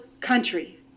country